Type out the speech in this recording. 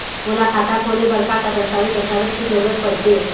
मोला खाता खोले बर का का दस्तावेज दस्तावेज के जरूरत पढ़ते?